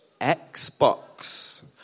Xbox